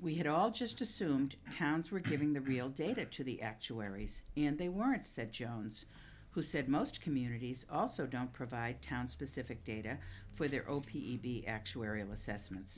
we had all just assumed towns were giving the real data to the actuaries and they weren't said jones who said most communities also don't provide town specific data for their own actuarial assessments